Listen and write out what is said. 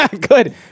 Good